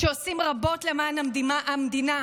שעושים רבות למען המדינה.